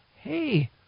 Hey